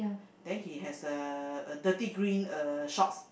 then he has a a dirty green uh shorts